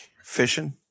fishing